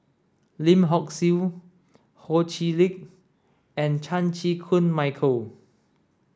Lim Hock Siew Ho Chee Lick and Chan Chew Koon Michael